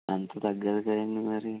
అంత తగ్గదు కదండీ మరి